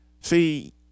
See